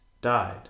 died